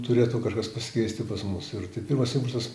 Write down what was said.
turėtų kažkas pasikeisti pas mus ir tai pirmas impulsas